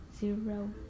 Zero